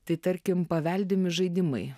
tai tarkim paveldimi žaidimai